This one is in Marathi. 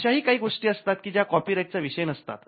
अशाही काही गोष्टी असतात की ज्या कॉपीराईट चा विषय नसतात